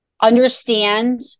understand